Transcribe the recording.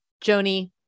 Joni